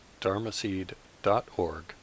dharmaseed.org